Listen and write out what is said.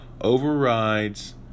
overrides